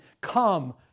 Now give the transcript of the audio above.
come